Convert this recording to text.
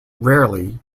rarely